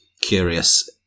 curious